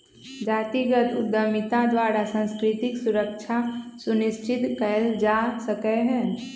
जातिगत उद्यमिता द्वारा सांस्कृतिक सुरक्षा सुनिश्चित कएल जा सकैय